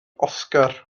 oscar